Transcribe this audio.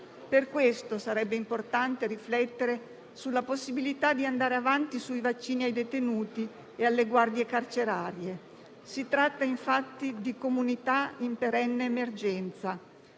Per questo sarebbe importante riflettere sulla possibilità di andare avanti sulla somministrazione dei vaccini ai detenuti e alle guardie carcerarie. Si tratta infatti di comunità in perenne emergenza.